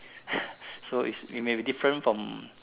so it may be different from